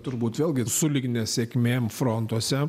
turbūt vėlgi sulig nesėkmėm frontuose